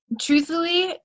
truthfully